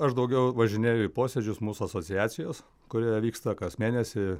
aš daugiau važinėju į posėdžius mūsų asociacijos kurioje vyksta kas mėnesį